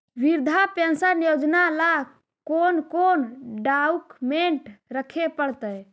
वृद्धा पेंसन योजना ल कोन कोन डाउकमेंट रखे पड़तै?